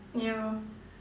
ya